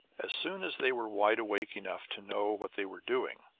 as soon as they were wide awake enough to know what they were doing,